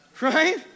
Right